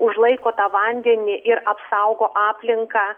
užlaiko tą vandenį ir apsaugo aplinką